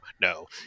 no